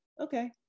Okay